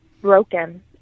broken